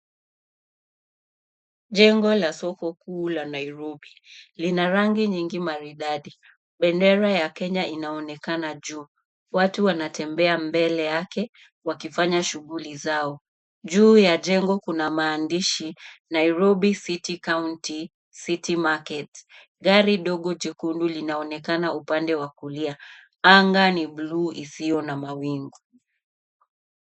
Jengo la soko kuu ya Nairobi. Lina rangi mbalimbali. Bendera ya kenya inaonekana juu. Watu wanatembea mbele yake wakifanya shughuli zao. Juu ya engo kuna maandishi Nairobi City County City Market . Gari dogo jekundu linaonekana upande wa kulia. Anga ni buluu isiyo na mawingu.